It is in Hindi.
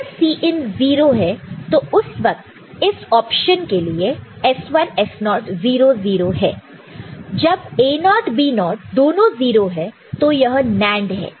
अगर Cin 0 है तो उस वक्त इस ऑप्शन के लिए S1 S0 0 0 है जब A0 B0 दोनों 0 है तो यह NAND है